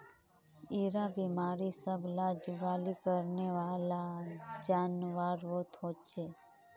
इरा बिमारी सब ला जुगाली करनेवाला जान्वारोत होचे